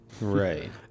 Right